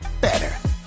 Better